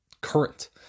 current